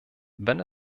wenn